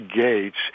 Gates